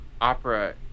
opera